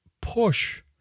push